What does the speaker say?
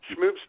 Schmoops